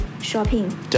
shopping